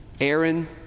Aaron